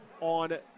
on